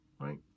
right